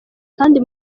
kandi